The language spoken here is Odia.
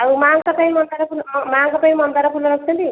ଆଉ ମାଆଙ୍କ ପାଇଁ ମନ୍ଦାର ଫୁଲ ହଁ ମାଁଆଙ୍କ ପାଇଁ ମନ୍ଦାର ଫୁଲ ରଖିଛନ୍ତି